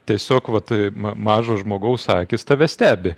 tiesiog vat ma mažo žmogaus akys tave stebi